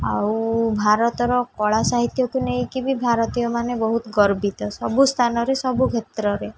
ଆଉ ଭାରତର କଳା ସାହିତ୍ୟକୁ ନେଇକି ବି ଭାରତୀୟ ମାନେ ବହୁତ ଗର୍ବିତ ସବୁ ସ୍ଥାନରେ ସବୁ କ୍ଷେତ୍ରରେ